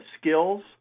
skills